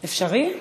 אפשרי?